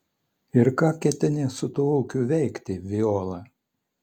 ir ką ketini su tuo ūkiu veikti viola